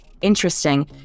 interesting